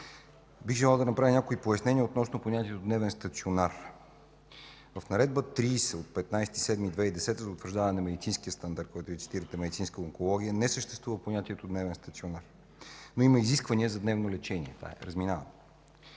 Бих желал да направя някои пояснения относно понятието „дневен стационар”. В Наредба № 30 от 15 юли 2010 г. за утвърждаване на медицинския стандарт, който Вие цитирахте – „Медицинска онкология”, не съществува понятието „дневен стационар”. Но има изисквания за дневно лечение. Това